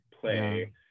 play